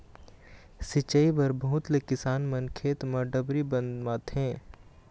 सिंचई बर बहुत ले किसान मन खेत म डबरी बनवाथे